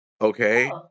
Okay